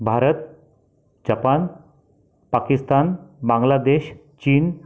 Bharat Japan Pakistan Bangladesh चीन